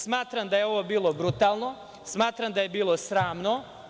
Smatram da je ovo bilo brutalno, smatram da je bilo sramno.